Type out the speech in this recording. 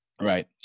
Right